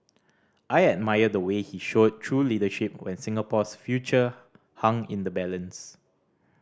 I admire the way he showed true leadership when Singapore's future hung in the balance